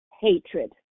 hatred